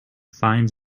finds